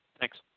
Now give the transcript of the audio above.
Thanks